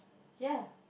ya